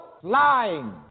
flying